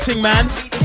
man